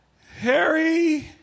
Harry